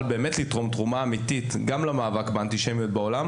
באמת לתרום תרומה אמיתית גם למאבק באנטישמיות בעולם,